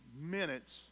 minutes